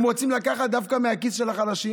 הם רוצים לקחת דווקא מהכיס של החלשים.